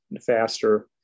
faster